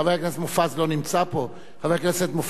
חבר הכנסת מופז לא מתעלם מהסכנה האירנית,